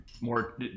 more